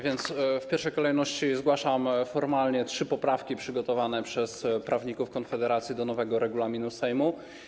W pierwszej kolejności zgłaszam formalnie trzy poprawki przygotowane przez prawników Konfederacji do nowego regulaminu Sejmu.